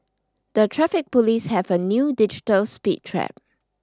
the Traffic Police have a new digital speed trap